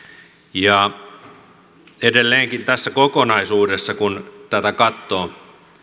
edelleenkin tässä kokonaisuudessa kun tätä katsoo